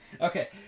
Okay